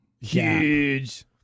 huge